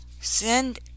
Send